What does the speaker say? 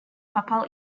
papal